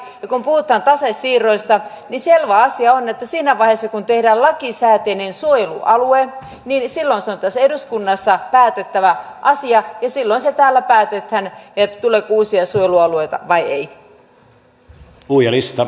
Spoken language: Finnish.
ja kun puhutaan tasesiirroista niin selvä asia on että siinä vaiheessa kun tehdään lakisääteinen suojelualue niin silloin se on tässä eduskunnassa päätettävä asia ja silloin se täällä päätetään että tuleeko uusia suojelualueita vai ei